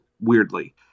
weirdly